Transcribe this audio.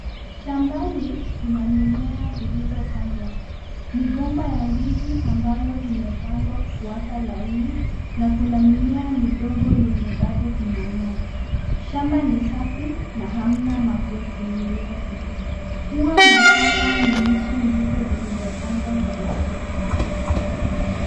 Shambani kuna mimea zilizo pandwa, migomba ya ndizi ambayo imepandwa kufuata laini na kuna mimea midogo yenye bado inamea. Shamba ni safi na hamna makwekwe yeyote . Kua kwa shamba ni miti nzito zilizo pandwa kwa ustadi.